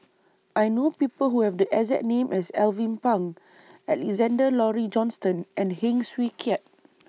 I know People Who Have The exact name as Alvin Pang Alexander Laurie Johnston and Heng Swee Keat